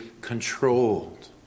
controlled